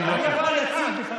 אני מסכים איתך,